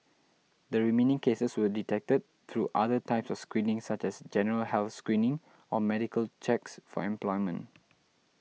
the remaining cases were detected through other types of screening such as general health screening or medical checks for employment